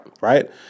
Right